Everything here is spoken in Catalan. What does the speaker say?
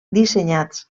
dissenyats